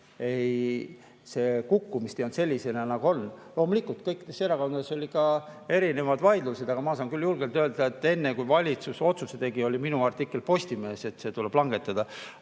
kukkumist ei ole sellisena nagu olnud. Loomulikult kõikides erakondades olid ka erinevad vaidlused, aga ma saan küll julgelt öelda, et enne, kui valitsus otsuse tegi, oli minu artikkel Postimehes, et seda tuleb langetada.